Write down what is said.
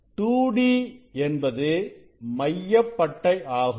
2d என்பது மைய பட்டை ஆகும்